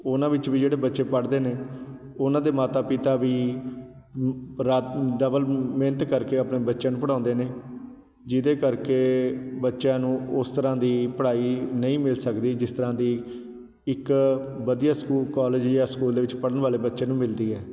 ਉਹਨਾਂ ਵਿੱਚ ਵੀ ਜਿਹੜੇ ਬੱਚੇ ਪੜ੍ਹਦੇ ਨੇ ਉਹਨਾਂ ਦੇ ਮਾਤਾ ਪਿਤਾ ਵੀ ਡਬਲ ਮਿਹਨਤ ਕਰਕੇ ਆਪਣੇ ਬੱਚਿਆਂ ਨੂੰ ਪੜ੍ਹਾਉਂਦੇ ਨੇ ਜਿਹਦੇ ਕਰਕੇ ਬੱਚਿਆਂ ਨੂੰ ਉਸ ਤਰ੍ਹਾਂ ਦੀ ਪੜ੍ਹਾਈ ਨਹੀਂ ਮਿਲ ਸਕਦੀ ਜਿਸ ਤਰ੍ਹਾਂ ਦੀ ਇੱਕ ਵਧੀਆ ਸਕੂ ਕੋਲਜ ਜਾਂ ਸਕੂਲ ਦੇ ਵਿੱਚ ਪੜ੍ਹਨ ਵਾਲੇ ਬੱਚੇ ਨੂੰ ਮਿਲਦੀ ਹੈ